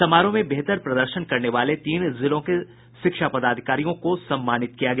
समारोह में बेहतर प्रदर्शन करने वाले तीन जिलों के शिक्षा पदाधिकारियों को सम्मानित किया गया